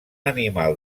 animal